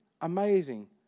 amazing